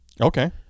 Okay